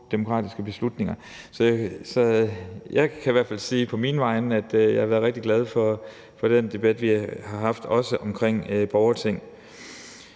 demokratiske beslutninger. Så jeg kan i hvert fald på egne vegne sige, at jeg har været rigtig glad for den debat, vi har haft, også omkring borgerting.